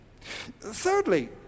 thirdly